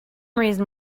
reason